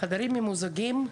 חדרים ממוזגים,